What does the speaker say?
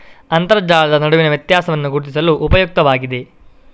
ಅಂತರ್ಜಲದ ನಡುವಿನ ವ್ಯತ್ಯಾಸವನ್ನು ಗುರುತಿಸಲು ಉಪಯುಕ್ತವಾಗಿದೆ